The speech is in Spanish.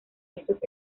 estos